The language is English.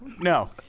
no